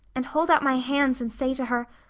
and hold out my hands and say to her,